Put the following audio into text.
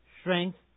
strength